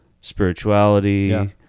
spirituality